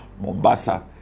Mombasa